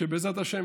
בעזרת השם,